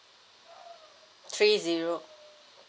three zero